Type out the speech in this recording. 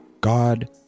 God